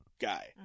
guy